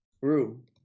Room